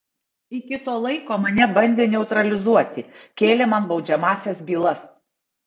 iki to laiko mane bandė neutralizuoti kėlė man baudžiamąsias bylas